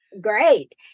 Great